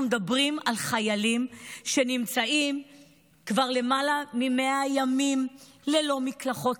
אנחנו מדברים על חיילים שנמצאים כבר למעלה מ-100 ימים ללא מקלחות,